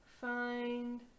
find